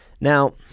Now